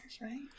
right